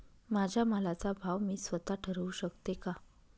माझ्या मालाचा भाव मी स्वत: ठरवू शकते का?